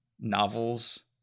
novels